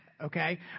okay